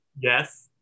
Yes